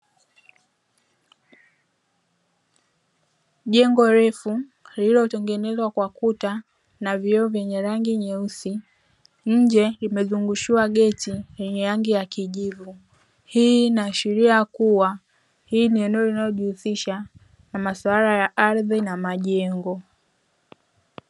Jengo refu lililo tengenezwa kwa kuta na vioo vyenye rangi nyeusi nje limezungushiwa geti lenye rangi ya kijivu, hii inaashiria kuwa hii ni eneo linalo jihusisha na maswala ya ardhi na majengo.